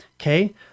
Okay